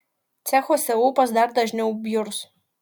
cechuose ūpas dar dažniau bjurs